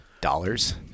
dollars